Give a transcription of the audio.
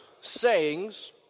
sayings